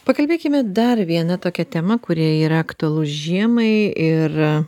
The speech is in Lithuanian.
pakalbėkime dar viena tokia tema kuri yra aktualu žiemai ir